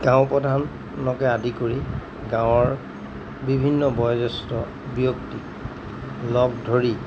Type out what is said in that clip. গাঁও প্ৰধানকে আদি কৰি গাঁৱৰ বিভিন্ন বয়োজ্যেষ্ঠ ব্যক্তি লগ ধৰি